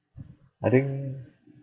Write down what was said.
I think